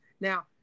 Now